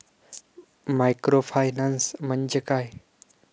Microfinance म्हणजे काय?